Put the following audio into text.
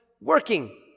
working